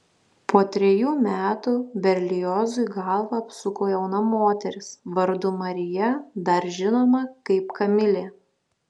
po trejų metų berliozui galvą apsuko jauna moteris vardu marija dar žinoma kaip kamilė